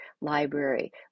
library